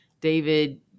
David